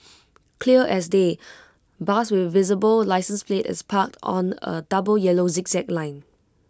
clear as day bus with visible licence plate is parked on A double yellow zigzag line